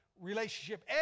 relationship